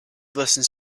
listens